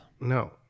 No